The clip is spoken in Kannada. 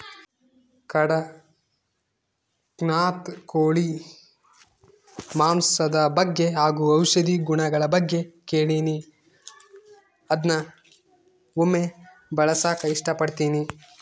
ಕಡಖ್ನಾಥ್ ಕೋಳಿ ಮಾಂಸದ ಬಗ್ಗೆ ಹಾಗು ಔಷಧಿ ಗುಣಗಳ ಬಗ್ಗೆ ಕೇಳಿನಿ ಅದ್ನ ಒಮ್ಮೆ ಬಳಸಕ ಇಷ್ಟಪಡ್ತಿನಿ